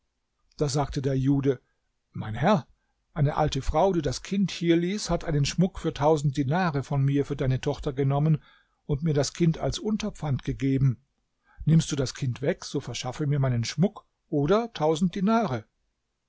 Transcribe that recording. da sagte der jude mein herr eine alte frau die das kind hier ließ hat einen schmuck für tausend dinare von mir für deine tochter genommen und mir das kind als unterpfand gegeben nimmst du das kind weg so verschaffe mir meinen schmuck oder tausend dinare